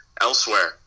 elsewhere